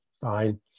fine